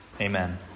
Amen